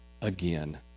again